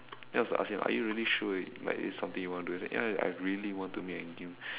then I was like ask him are you really sure like it's something you want to do then he say ya I really want to make a game